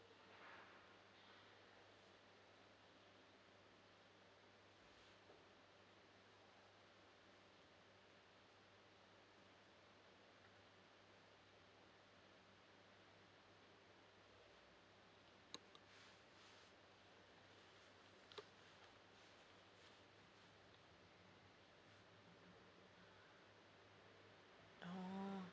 oh